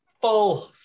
full